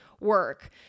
work